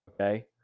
okay